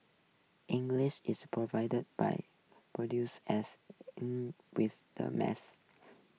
English is provided by produces as in with the mass